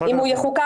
אם הוא יחוקק,